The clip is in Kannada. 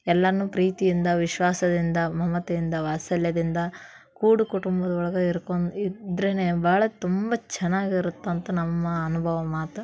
ಎಲ್ರನ್ನೂ ಪ್ರೀತಿಯಿಂದ ವಿಶ್ವಾಸದಿಂದ ಮಮತೆಯಿಂದ ವಾತ್ಸಲ್ಯದಿಂದ ಕೂಡು ಕುಟುಂಬದೊಳಗೆ ಇರ್ಕೊ ಇದ್ದರೇನೆ ಭಾಳ ತುಂಬ ಚೆನ್ನಾಗಿರುತ್ತಂತ ನಮ್ಮ ಅನುಭವ ಮಾತು